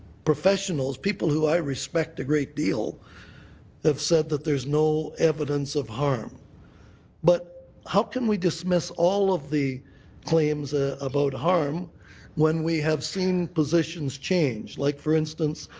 professionals, people who i respect a great deal have said there is no evidence of harm but how can we dismiss all of the claims ah about harm when we have seen positions change, like, for instance,